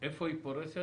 איפה היא פורסת,